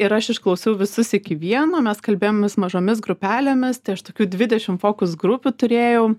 ir aš išklausiau visus iki vieno mes kalbėjomės mažomis grupelėmis tai aš tokių dvidešim fokus grupių turėjau